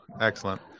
Excellent